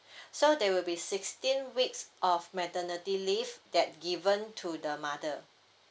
so there will be sixteen weeks of maternity leave that given to the mother